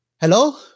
hello